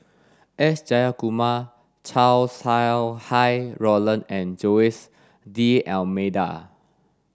S Jayakumar Chow Sau Hai Roland and Jose D'almeida